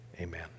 Amen